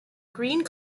green